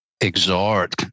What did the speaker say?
exhort